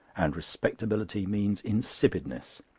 and respectability means insipidness.